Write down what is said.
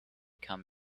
come